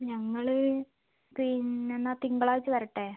ഞങ്ങൾ പിന്നെ എന്നാൽ തിങ്കളാഴ്ച് വരട്ടെ